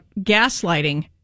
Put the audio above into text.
Gaslighting